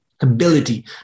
ability